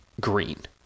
green